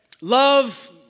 Love